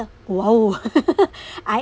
!whoa! I